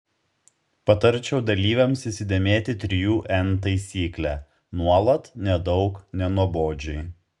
patarčiau dalyvėms įsidėmėti trijų n taisyklę nuolat nedaug nenuobodžiai